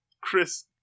chris